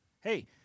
Hey